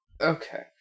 Okay